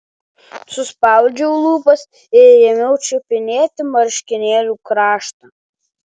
suspaudžiau lūpas ir ėmiau čiupinėti marškinėlių kraštą